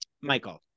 michael